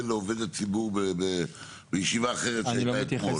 לעובד הציבור בישיבה אחרת שהייתה אתמול.